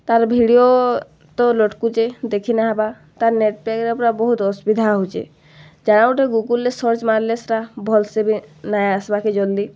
ତାର୍ ଭିଡ଼ିଓ ତ ଲଟ୍କୁଛେ ଦେଖି ନାଇଁ ହେବାର୍ ତା ନେଟ୍ ପ୍ୟାକ୍ରେ ପୁରା ବହୁତ୍ ଅସୁବିଧା ହଉଛେ ଯାହା ଗୁଟେ ଗୁଗୁଲ୍ରେ ସର୍ଚ୍ଚ୍ ମାର୍ଲେ ସେଟା ଭଲ୍ସେ ବି ନାଇଁ ଆସ୍ବାକେ ଜଲ୍ଦି